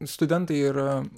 studentai yra